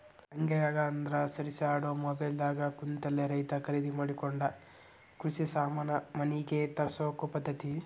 ಅಂಗೈಯಾಗ ಅಂದ್ರ ಸರಿಸ್ಯಾಡು ಮೊಬೈಲ್ ದಾಗ ಕುಂತಲೆ ರೈತಾ ಕರಿದಿ ಮಾಡಕೊಂಡ ಕೃಷಿ ಸಾಮಾನ ಮನಿಗೆ ತರ್ಸಕೊ ಪದ್ದತಿ